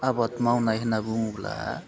आबाद मावनाय होन्ना बुङोब्ला